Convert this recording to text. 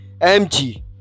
mg